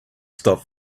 stop